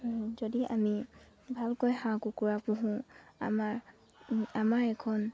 যদি আমি ভালকৈ হাঁহ কুকুৰা পুহোঁ আমাৰ আমাৰ এখন